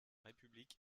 république